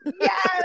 Yes